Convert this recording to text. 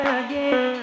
again